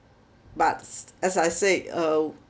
buts as I say uh